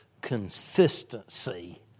consistency